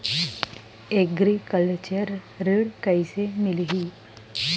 Agriculture ऋण कइसे मिलही?